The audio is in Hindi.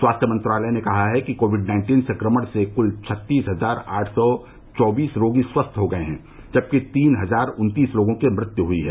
स्वास्थ्य मंत्रालय ने कहा है कि कोविड नाइन्टीन संक्रमण से कुल छत्तीस हजार आठ सौ चौबीस रोगी स्वस्थ हो गये हैं जबकि तीन हजार उत्तीस लोगों की मृत्यु हुई है